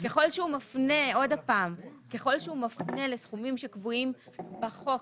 עוד פעם, ככל שהוא מפנה לסכומים שקבועים בחוק